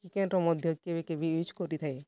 ଚିକେନ୍ର ମଧ୍ୟ କେବେ କେବେ ୟୁଜ୍ କରିଥାଏ